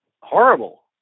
horrible